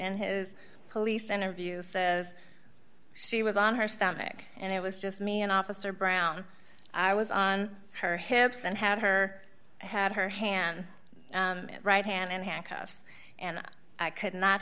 and his police interview says she was on her stomach and it was just me and officer brown i was on her hips and had her had her hand right hand and handcuffs and i could not